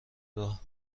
راه